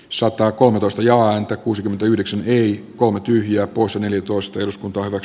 satakolmetoista ja anto kuusikymmentäyhdeksän heikkoa tyhjä osan eli tuosta jos kunta ovat